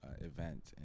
event